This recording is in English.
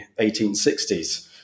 1860s